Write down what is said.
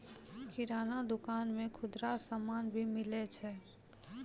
किराना दुकान मे खुदरा समान भी मिलै छै